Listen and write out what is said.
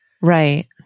Right